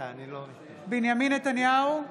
בנימין נתניהו,